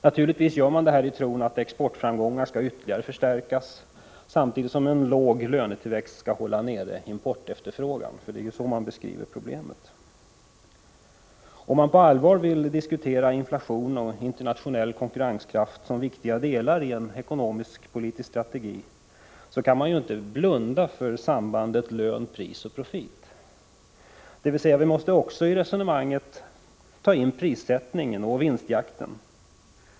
Naturligtvis gör man detta i tron att exportframgångarna ytterligare skall förstärkas, samtidigt som en låg lönetillväxt skall hålla nere importefterfrågan. Det är ju så man beskriver problemet. Om man på allvar vill diskutera inflation och internationell konkurrenskraft som viktiga delar i en ekonomisk-politisk strategi, kan man inte blunda för sambandet lön-pris-profit. Vi måste med andra ord ta med i resonemanget prissättningen och vinstjakten.